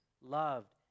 loved